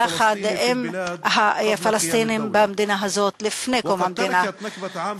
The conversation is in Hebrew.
יחד עם הפלסטינים במדינה הזאת, לפני קום המדינה.